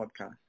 podcast